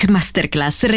Masterclass